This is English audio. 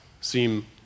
seem